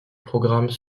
programmes